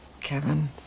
Kevin